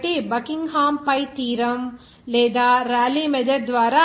కాబట్టి Buckingham pi theorem లేదా Rayleigh method method